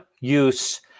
use